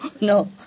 No